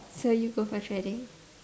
so you go for threading